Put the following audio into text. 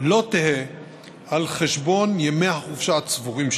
לא תהא על חשבון ימי החופשה הצבורים שלו.